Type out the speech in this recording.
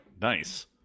Nice